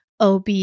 OB